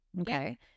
okay